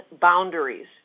boundaries